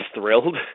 thrilled